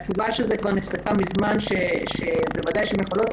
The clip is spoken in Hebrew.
התשובה על זה כבר נפסקה מזמן, שבוודאי שהן יכולות.